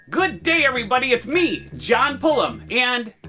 good day everybody it's me, john pullum and